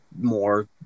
more